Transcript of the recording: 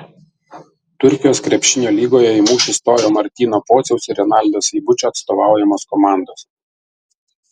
turkijos krepšinio lygoje į mūšį stojo martyno pociaus ir renaldo seibučio atstovaujamos komandos